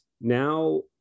now